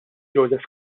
joseph